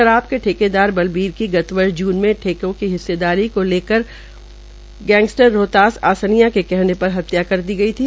शराब के ठेकेदार बलबीर की गत वर्ष जून में ठेकों की हिस्सेदारी को लकर गैंगस्टर रोहतास आसनिया के कहने पर हत्या की गई थी